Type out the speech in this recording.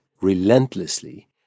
relentlessly